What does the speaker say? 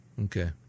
Okay